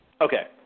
Okay